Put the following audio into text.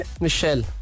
Michelle